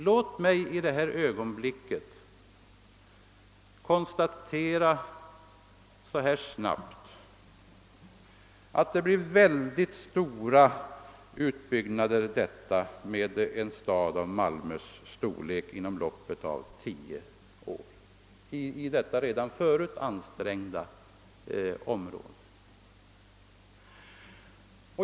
Låt mig i detta ögonblick helt snabbt konstatera att det blir väldigt stora utbyggnader, om man skall bygga en stad av Malmös storlek inom loppet av tio år i detta redan förut ansträngda område.